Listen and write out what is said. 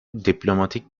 diplomatik